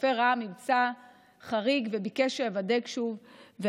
הרופא ראה ממצא חריג וביקש שאבדק שוב,